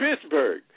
Pittsburgh